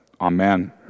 Amen